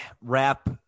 wrap